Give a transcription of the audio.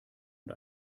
und